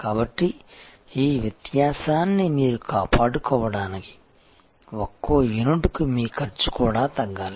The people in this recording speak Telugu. కాబట్టి ఈ వ్యత్యాసాన్ని మీరు కాపాడుకోవడానికి ఒక్కో యూనిట్కు మీ ఖర్చు కూడా తగ్గాలి